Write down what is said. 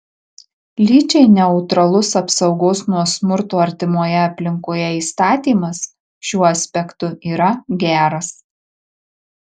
lyčiai neutralus apsaugos nuo smurto artimoje aplinkoje įstatymas šiuo aspektu yra geras